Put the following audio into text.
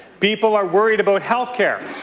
people are worried about health care.